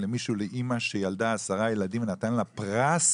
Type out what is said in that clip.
לאימא שילדה עשרה ילדים ונתן לה פרס